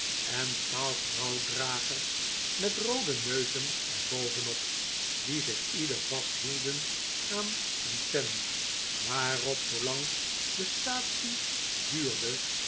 en twaalf rouwdragers met roode neuzen er bovenop die zich ieder vasthielden aan een pen waarop zoolang de staatsie duurde